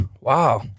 Wow